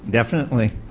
definitely.